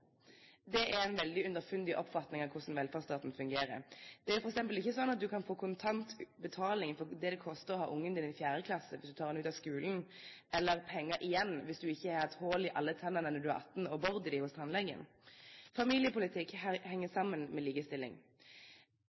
Det er en veldig underfundig oppfatning av hvordan velferdsstaten fungerer. Det er f.eks. ikke sånn at man kan få kontant betaling for hva det koster å ha barnet sitt i fjerde klasse om man tar det ut av skolen, eller penger igjen hvis man ikke har hatt hull og ikke har boret i alle tennene når man er atten. Familiepolitikk henger sammen med likestilling.